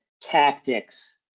tactics